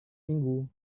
minggu